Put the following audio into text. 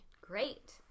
Great